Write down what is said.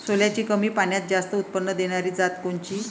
सोल्याची कमी पान्यात जास्त उत्पन्न देनारी जात कोनची?